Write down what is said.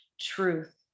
truth